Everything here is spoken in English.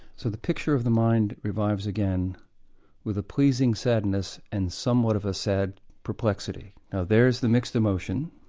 so the picture of the mind revives again with a pleasing sadness and somewhat of a sad perplexity'. now there's the mixed emotion,